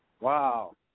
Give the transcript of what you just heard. Wow